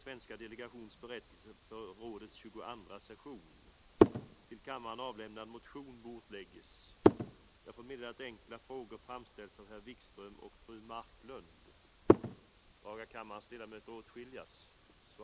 För dagen är jag nöjd med det svar som jag har fått.